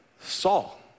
Saul